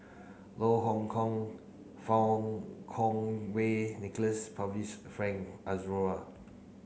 Loh Hoong Kwan Fang Kwan Wei Nicholas Frank